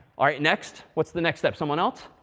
all right next? what's the next step? someone else?